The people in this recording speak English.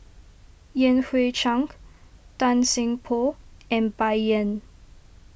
Yan Hui Chang Tan Seng Poh and Bai Yan